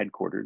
headquartered